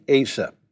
Asa